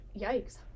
Yikes